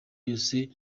yose